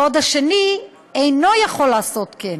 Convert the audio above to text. והשני אינו יכול לעשות כן,